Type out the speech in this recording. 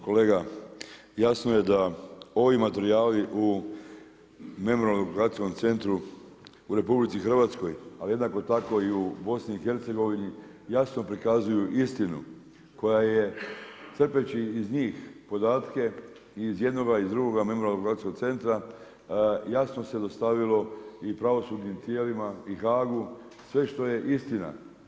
Kolega jasno je da ovi materijali u Memorijalno dokumentacijskom centru u RH, ali jednako tako i u BIH jasno prikazuju istinu koja je crpeći iz njih podatke i iz jednoga i drugoga Memorijalno dokumentacijskog centara jasno se dostavilo i pravosudnim tijelima i HAG-u sve što je istina.